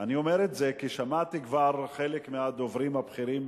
אני אומר את זה כי שמעתי כבר חלק מהדוברים הבכירים,